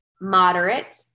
moderate